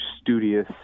studious